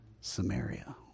Samaria